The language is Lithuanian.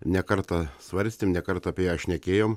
ne kartą svarstėm ne kartą apie ją šnekėjom